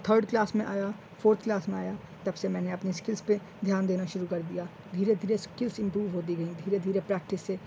third class میں آیا fourth class میں آیا تب سے میں نے اپنی اسکلس پہ دھیان دینا شروع کر دیا دھیرے دھیرے اسکلس امپروو ہوتی گئیں دھیرے دھیرے پریکٹس سے